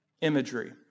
imagery